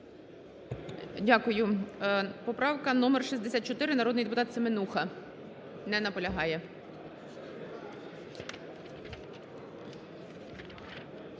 Дякую. Поправка номер 230, народний депутат Новак. Не наполягає.